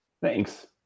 Thanks